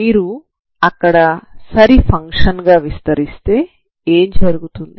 మీరు అక్కడ సరి ఫంక్షన్ గా విస్తరిస్తే ఏం జరుగుతుంది